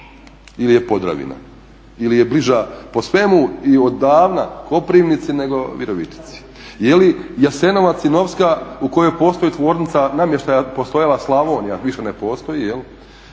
ili je Podravina ili je bliža po svemu i od davna Koprivnici nego Virovitici? Jeli Jasenovac i Novska u kojoj postoji tvornica namještaja postojala Slavonija, više ne postoji, a